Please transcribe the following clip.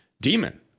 demon